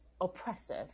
oppressive